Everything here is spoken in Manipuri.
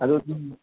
ꯑꯗꯣ ꯁꯨꯝ